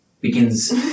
begins